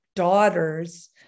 Daughters